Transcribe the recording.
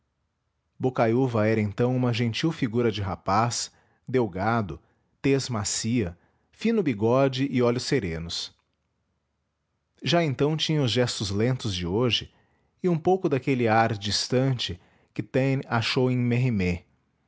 bocaiúva era então uma gentil figura de rapaz delgado tez macia fino bigode e olhos serenos já então tinha os gestos lentos de hoje e um pouco daquele ar distant que taine achou em